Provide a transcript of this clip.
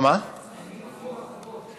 על מי נופלים החובות?